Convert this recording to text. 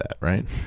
right